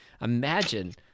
imagine